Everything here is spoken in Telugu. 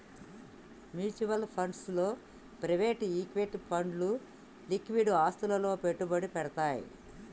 మ్యూచువల్ ఫండ్స్ లో ప్రైవేట్ ఈక్విటీ ఫండ్లు లిక్విడ్ ఆస్తులలో పెట్టుబడి పెడ్తయ్